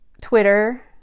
Twitter